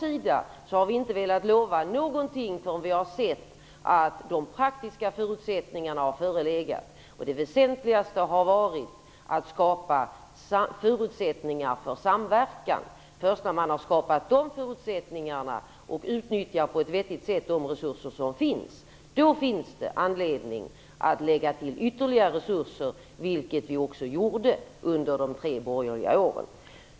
Vi har från vår sida inte velat lova något förrän vi sett att de praktiska förutsättningarna härför har förelegat. Det väsentligaste har varit att skapa förutsättningar för samverkan. Först när man har skapat dessa och på ett vettigt sätt utnyttjat de resurser som finns har man anledning att lägga till ytterligare resurser, och det gjorde vi också under de tre borgerliga åren.